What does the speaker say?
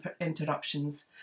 interruptions